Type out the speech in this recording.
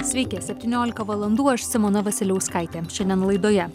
sveiki septyniolika valandų aš simona vasiliauskaitė šiandien laidoje